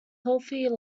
healthy